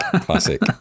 classic